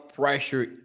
pressure